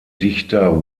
dichter